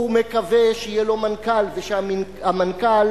הוא מקווה שיהיה לו מנכ"ל, ושהמנכ"ל